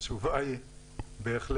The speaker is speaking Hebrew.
התשובה היא בהחלט.